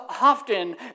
often